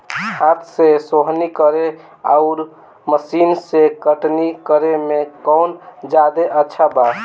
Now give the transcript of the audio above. हाथ से सोहनी करे आउर मशीन से कटनी करे मे कौन जादे अच्छा बा?